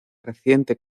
reciente